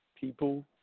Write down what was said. People